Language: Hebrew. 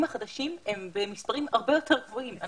החדשים הם במספרים הרבה יותר גבוהים.